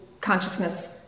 consciousness